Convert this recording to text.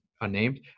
unnamed